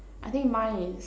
I think mine is